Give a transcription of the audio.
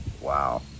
Wow